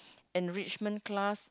enrichment class